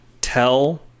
tell